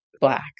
black